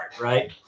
right